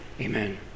Amen